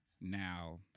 now